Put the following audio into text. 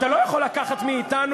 אתה לא יכול לקחת מאתנו,